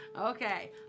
Okay